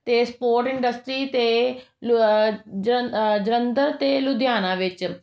ਅਤੇ sport industry ਅਤੇ ਲੁ ਜਲੰ ਜਲੰਧਰ ਅਤੇ ਲੁਧਿਆਣਾ ਵਿੱਚ